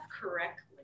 correctly